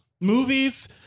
Movies